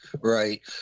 Right